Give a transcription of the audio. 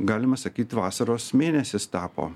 galima sakyt vasaros mėnesis tapo